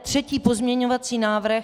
Třetí pozměňovací návrh.